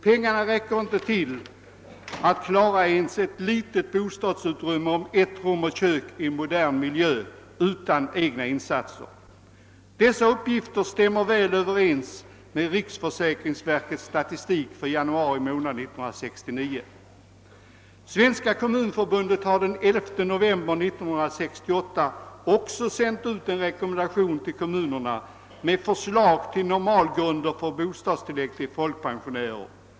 Pengarna räcker inte till att klara ens ett litet bostadsutrymme om ett rum och kök i en modern miljö utan egna ekonomiska insatser. Dessa uppgifter stämmer väl överens med riksförsäkringsverkets statistik för januari 1969. Svenska kommunförbundet sände den 11 november 1968 också ut en rekommendation till kommunerna med förslag till normalgrunder för bostadstillägg till folkpensionärer.